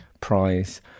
prize